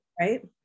right